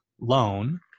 loan